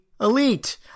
elite